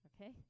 Okay